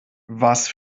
was